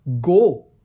go